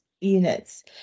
units